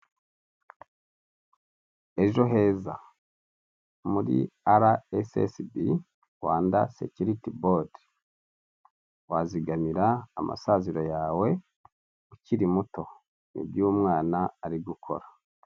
Ejo heza muri ara esesebi Rwanda sekiriti bodi, wazigamira amasaziro yawe ukiri muto, nibyo uwo umwana ari gukora.